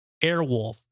Airwolf